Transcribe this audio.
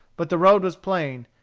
but the road was plain,